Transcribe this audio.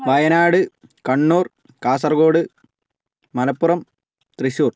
Wayanad Kannur Kasaragod Malappuram Thrissur